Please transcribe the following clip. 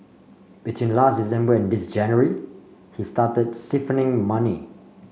between last December and this January he started siphoning money